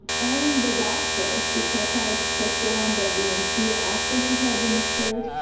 and the doctor who perhaps performed a d and c after she had the miscarriage,